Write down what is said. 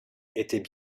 étaient